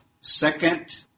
Second